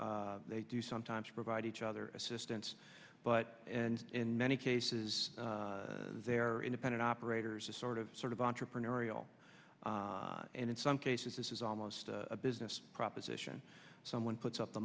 do they do sometimes provide each other assistance but and in many cases they are independent operators just sort of sort of entrepreneurial and in some cases this is almost a business proposition someone puts up the